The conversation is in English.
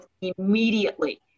immediately